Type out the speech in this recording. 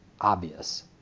obvious